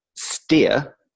steer